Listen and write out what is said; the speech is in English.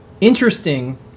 interesting